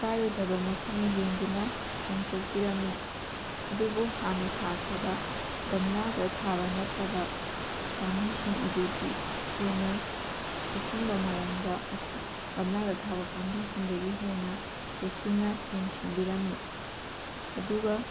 ꯀꯥꯏꯔꯣꯏꯗꯕ ꯃꯐꯝ ꯌꯦꯡꯗꯨꯅ ꯍꯣꯡꯇꯣꯛꯄꯤꯔꯝꯃꯤ ꯑꯗꯨꯕꯨ ꯍꯥꯟꯅ ꯊꯥꯈ꯭ꯔꯕ ꯒꯝꯂꯥꯗ ꯊꯥꯕ ꯅꯠꯇꯕ ꯄꯥꯝꯕꯤꯁꯤꯡ ꯑꯗꯨꯗꯤ ꯍꯦꯟꯅ ꯆꯦꯛꯁꯤꯟꯕ ꯃꯑꯣꯡꯗ ꯃꯈꯣꯡ ꯒꯝꯂꯥꯗ ꯊꯥꯕ ꯄꯥꯝꯕꯤꯁꯤꯡꯗꯒꯤ ꯍꯦꯟꯅ ꯆꯦꯛꯁꯤꯟꯅ ꯌꯦꯡꯁꯤꯟꯕꯤꯔꯝꯃꯤ ꯑꯗꯨꯒ